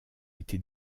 été